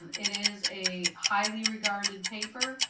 and it is a highly-regarded paper.